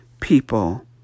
people